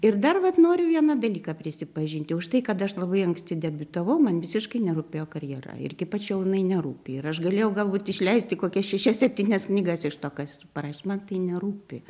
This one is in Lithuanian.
ir dar vat noriu vieną dalyką prisipažinti už tai kad aš labai anksti debiutavau man visiškai nerūpėjo karjera ir iki pat šiol jinai nerūpi ir aš galėjau galbūt išleisti kokias šešias septynias knygas iš to kas parašyta man tai nerūpi